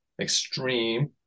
extreme